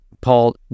Paul